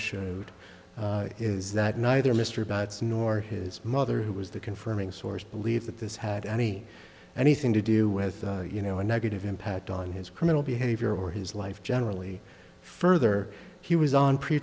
showed is that neither mr butts nor his mother who was the confirming source believe that this had any anything to do with you know a negative impact on his criminal behavior or his life generally further he was on pre